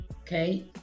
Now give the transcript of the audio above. okay